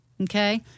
Okay